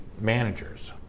managers